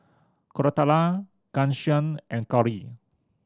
Koratala Ghanshyam and Gauri